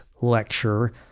Lecture